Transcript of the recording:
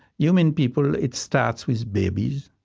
human people it starts with babies,